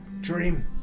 dream